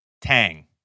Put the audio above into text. Tang